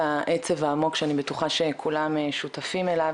העצב העמוק שאני בטוחה שכולם שותפים אליו,